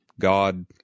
God